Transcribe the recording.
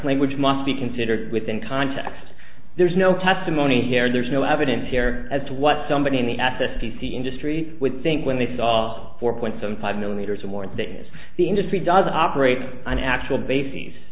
language must be considered within context there's no testimony here there's no evidence here as to what somebody in the at the p c industry would think when they saw four point seven five millimeters and more that the industry doesn't operate on actual bases